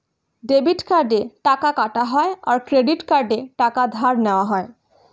debit কার্ডে টাকা কাটা হয় আর ক্রেডিট কার্ডে টাকা ধার নেওয়া হয়